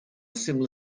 similar